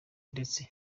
ndetse